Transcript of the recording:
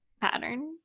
pattern